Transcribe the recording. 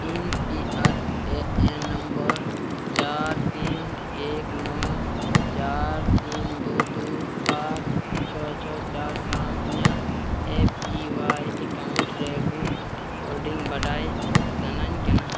ᱤᱧ P R A N number ᱪᱟᱨ ᱛᱤᱱ ᱮᱠ ᱱᱚ ᱪᱟᱨ ᱛᱤᱱ ᱫᱩ ᱫᱩ ᱟᱴ ᱪᱷᱚ ᱪᱷᱚ ᱪᱟᱨ ᱥᱟᱶ ᱤᱧᱟᱹᱜ ᱮ ᱯᱤ ᱳᱣᱟᱭ ᱮᱠᱟᱣᱩᱱᱴ ᱨᱮ ᱜᱩᱰ ᱦᱳᱞᱰᱤᱝ ᱵᱟᱰᱟᱭ ᱥᱟ ᱱᱟ ᱧ ᱠᱟᱱᱟ